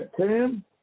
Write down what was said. Tim